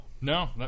No